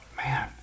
Man